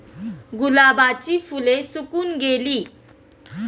गुलाबाची फुले सुकून गेली